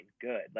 good